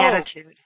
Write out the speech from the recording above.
attitude